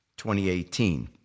2018